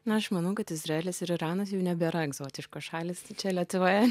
na aš manau kad izraelis ir iranas jau nebėra egzotiškos šalys tai čia lietuvoje